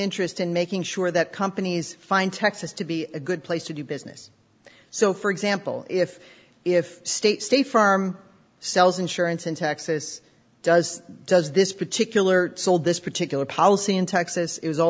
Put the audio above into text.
interest in making sure that companies find texas to be a good place to do business so for example if if state stay firm sells insurance in texas does does this particular sold this particular policy in texas is all